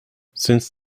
since